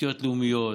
תשתיות לאומית.